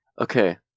Okay